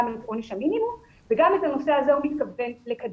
את עונש המינימום וגם את הנושא הזה הוא מתכוון לקדם.